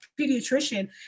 pediatrician